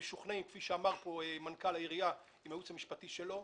כפי שאמר פה מנכ"ל העירייה עם הייעוץ המשפטי שלו,